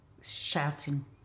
shouting